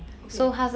okay